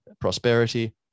prosperity